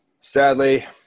Sadly